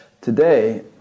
Today